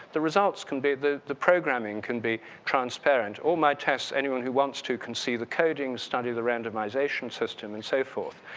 the results can be the the programming can be transparent or my test, anyone who wants to, can see the codings, study the randomization system and so forth.